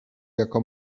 jako